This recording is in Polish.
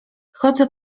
chodzę